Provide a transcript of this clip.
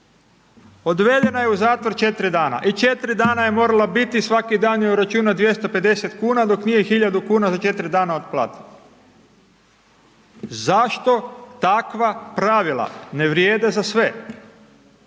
odvedena je u zatvor 4 dana i 4 dana je morala biti, svaki dan joj uračunao 250,00 kn dok nije hiljadu kuna za 4 dana otplatila. Zašto takva pravila ne vrijede za sve?